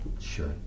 Sure